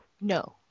No